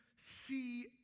see